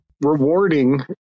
rewarding